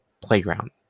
playground